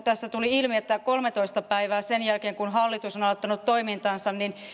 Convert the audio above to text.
tässä tuli ilmi että kolmetoista päivää sen jälkeen kun hallitus on aloittanut toimintansa